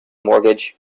mortgage